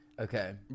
Okay